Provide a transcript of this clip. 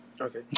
Okay